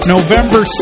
November